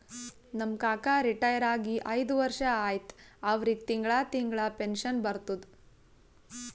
ನಮ್ ಕಾಕಾ ರಿಟೈರ್ ಆಗಿ ಐಯ್ದ ವರ್ಷ ಆಯ್ತ್ ಅವ್ರಿಗೆ ತಿಂಗಳಾ ತಿಂಗಳಾ ಪೆನ್ಷನ್ ಬರ್ತುದ್